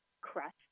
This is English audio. crust